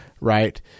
Right